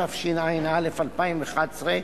התשע"א 2011,